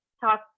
talk